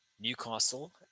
Newcastle